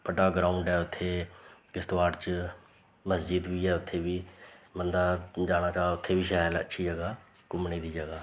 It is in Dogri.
बड्डा ग्राउंड ऐ उत्थें किश्तबाड़ च मस्जिद बी ऐ उत्थें बी बंदा जाना चाह् उत्थें बी शैल अच्छी जगह् घूमने दी जगह्